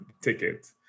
ticket